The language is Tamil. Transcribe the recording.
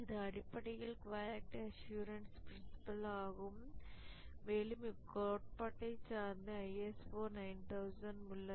இது அடிப்படையில் குவாலிட்டி அஷ்யூரன்ஸ் ப்ரின்சிபல் ஆகும் மேலும் இக்கோட்பாட்டை சார்ந்தே ISO 9000 உள்ளது